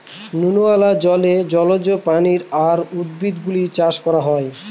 নুনওয়ালা জলে জলজ প্রাণী আর উদ্ভিদ গুলো চাষ করে